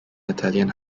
italian